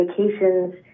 vacations